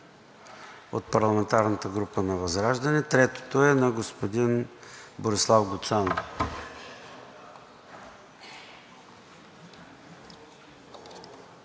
от парламентарната група на ВЪЗРАЖДАНЕ, третото е на господин Борислав Гуцанов.